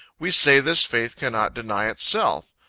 we say this faith cannot deny itself.